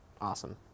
awesome